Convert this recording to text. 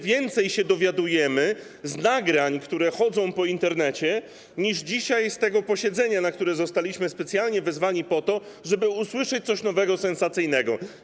Więcej się dowiadujemy z nagrań, które chodzą po Internecie, niż dzisiaj z tego posiedzenia, na które zostaliśmy specjalnie wezwani po to, żeby usłyszeć coś nowego, sensacyjnego.